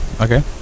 okay